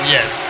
Yes